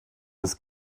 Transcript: des